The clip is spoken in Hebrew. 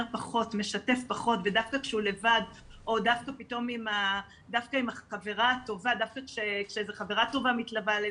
משתף פחות ודווקא כשהוא לבד או דווקא כשאיזה חברה טובה מתלווה לזה,